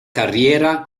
carriera